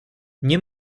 nie